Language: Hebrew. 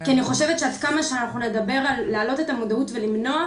כי אני חושבת שעד כמה שאנחנו נדבר על להעלות את המודעות ולמנוע,